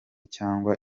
cyangwa